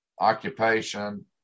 Occupation